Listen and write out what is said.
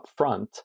upfront